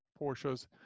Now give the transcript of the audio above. Porsches